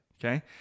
okay